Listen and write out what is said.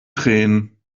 tränen